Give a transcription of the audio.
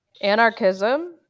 anarchism